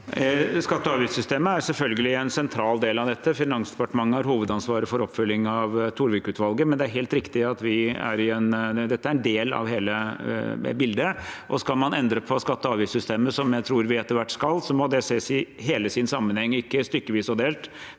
Skatte- og av- giftssystemet er selvfølgelig en sentral del av dette. Finansdepartementet har hovedansvaret for oppfølging av Torvik-utvalget, men det er helt riktig at dette er en del av hele bildet. Skal man endre på skatte- og avgiftssystemet, som jeg tror vi etter hvert skal, må det ses i hele sin sammenheng, og ikke stykkevis og delt,